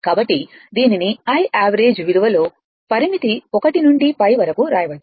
కాబట్టి దీనిని I average విలువ లో పరిమితి1నుండి π వరకువ్రాయవచ్చు